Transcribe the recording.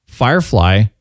Firefly